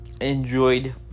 enjoyed